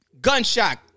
Gunshot